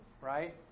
right